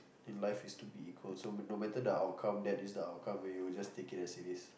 in life is to be equal so no matter the outcome that is the outcome where you just take it as it is